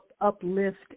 uplift